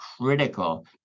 critical